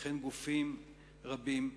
וכן גופים רבים,